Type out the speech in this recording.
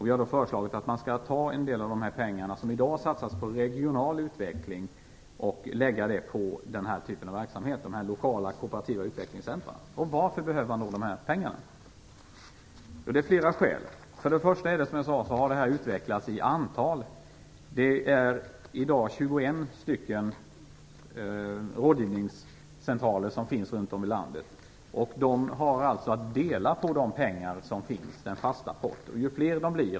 Vi har föreslagit att man skall ta en del av de pengar som i dag satsat på regional utveckling och lägga dem på den här typen av verksamhet, dvs. dessa lokala kooperativa utvecklingscentrum. Varför behövs då dessa pengar? Det finns flera skäl. För det första har dessa centrum ökat i antal. Det finns i dag 21 rådgivningscentraler runt om i landet. De har att dela på de pengar som finns i den fasta potten.